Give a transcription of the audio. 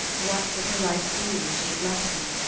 what would her life be when she had left him?